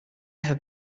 have